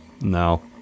No